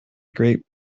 great